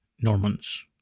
Normans